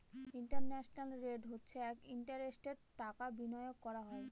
internal rate হচ্ছে যে ইন্টারেস্টে টাকা বিনিয়োগ করা হয়